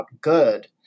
good